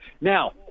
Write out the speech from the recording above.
Now